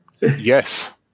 yes